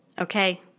Okay